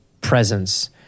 presence